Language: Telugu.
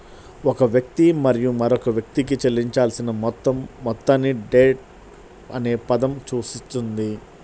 ఒక వ్యక్తి మరియు మరొక వ్యక్తికి చెల్లించాల్సిన మొత్తం మొత్తాన్ని డెట్ అనే పదం సూచిస్తుంది